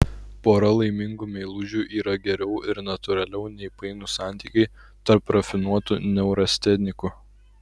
pora laimingų meilužių yra geriau ir natūraliau nei painūs santykiai tarp rafinuotų neurastenikų